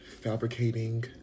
fabricating